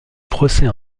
procès